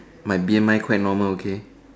my B_M_I quite normal okay